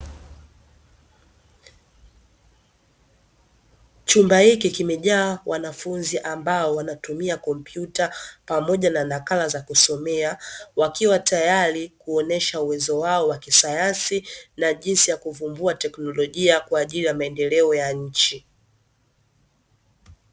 Chumba hiki kimejaa wanafunzi ambao wanatumia kompyuta pamoja na nakala za kusomea, wakiwa tayari kuonyesha uwezo wao wa kisayansi na jinsi ya kuvumbua tekinolojia kwa ajili ya maendeleo ya nchi.